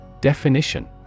Definition